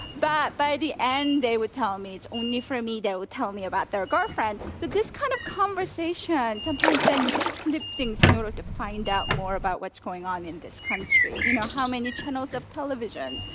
but by the end they would tell me, only for me they would tell me about their girlfriend, so this kind of conversation sometimes then you slip things in order to find out more about what's going on in this country. you know, how many channels of television,